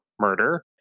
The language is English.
murder